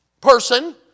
person